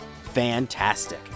Fantastic